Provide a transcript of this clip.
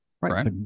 right